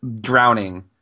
drowning